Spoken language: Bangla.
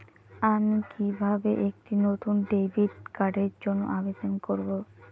আমি কিভাবে একটি নতুন ডেবিট কার্ডের জন্য আবেদন করব?